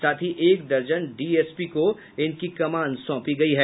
साथ ही एक दर्जन डीएसपी को इनकी कमान सौंपी गयी है